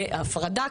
להפרדה,